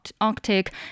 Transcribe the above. Arctic